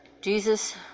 Jesus